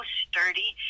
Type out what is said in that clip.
sturdy